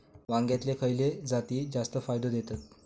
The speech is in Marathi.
वांग्यातले खयले जाती जास्त फायदो देतत?